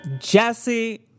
Jesse